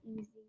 easy